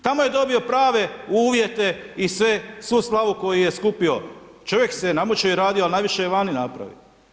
Tamo je dobio prave uvjete i sve, svu slavu koju je skupio, čovjek se namučio i radio, ali najviše je vani napravio.